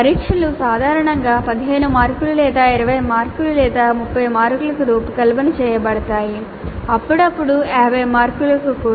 పరీక్షలు సాధారణంగా 15 మార్కులు లేదా 20 మార్కులు లేదా 30 మార్కులకు రూపకల్పన చేయబడతాయి అప్పుడప్పుడు 50 మార్కులకు కూడా